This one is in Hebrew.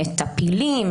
טפילים,